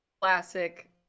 classic